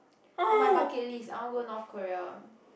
on my bucket list I wanna go North Korea